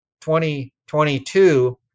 2022